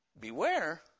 Beware